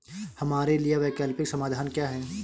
हमारे लिए वैकल्पिक समाधान क्या है?